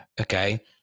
Okay